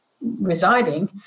residing